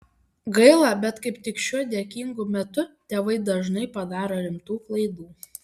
gaila bet kaip tik šiuo dėkingu metu tėvai dažnai padaro rimtų klaidų